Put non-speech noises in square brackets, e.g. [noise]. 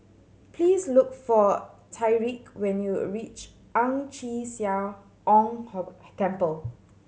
please look for Tyrique when you reach Ang Chee Sia Ong [unintelligible] Temple